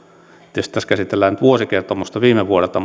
tietysti tässä käsitellään nyt vuosikertomusta viime vuodelta